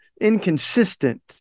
inconsistent